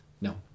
No